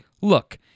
Look